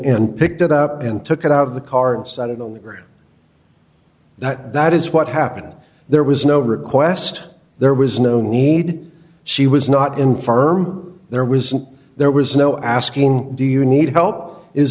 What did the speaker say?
and picked it up and took it out of the car inside of the area that is what happened there was no request there was no need she was not infirm there was there was no asking do you need help is